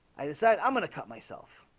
i decided i'm gonna cut myself.